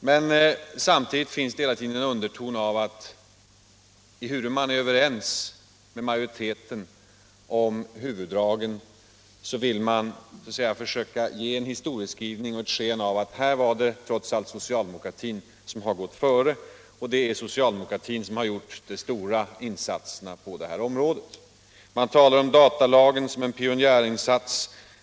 Men samtidigt finns det hela tiden en underton av att ehuru man är överens med majoriteten om huvuddragen, så vill man så att säga försöka ge sken av att det var socialdemokraterna som gick före när det gällde integritetsskyddet och att det är socialdemokraterna som har gjort de stora insatserna på det här området. Det talas om datalagen som en pionjärinsats.